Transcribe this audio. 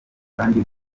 kandi